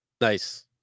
Nice